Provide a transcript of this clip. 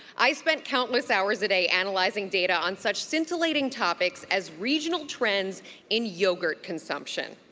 i spent countless hours a day analyzing data on such scintillating topics as regional trends in yogurt consumption.